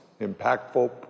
impactful